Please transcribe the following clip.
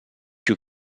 più